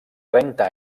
trenta